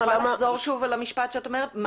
את יכולה לחזור שוב על המשפט שאת אומרת?